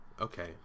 okay